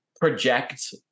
project